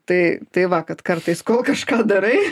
tai tai va kad kartais kol kažką darai